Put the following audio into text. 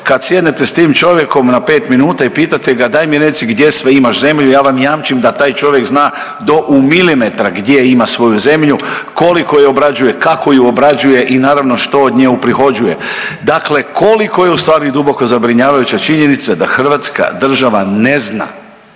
Kad sjednete s tim čovjekom na 5 minuta i pitate ga, daj mi reci gdje sve imaš zemlju, ja vam jamčim da taj čovjek zna do u milimetra gdje ima svoju zemlju, koliko je obrađuje, kako ju obrađuje i naravno, što od nje uprihođuje. Dakle, koliko je ustvari duboko zabrinjavajuća činjenica da hrvatska država ne zna